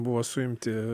buvo suimti